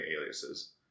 aliases